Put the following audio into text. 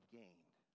gained